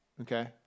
okay